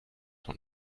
von